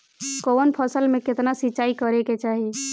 कवन फसल में केतना सिंचाई करेके चाही?